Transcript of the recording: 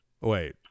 Wait